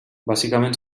bàsicament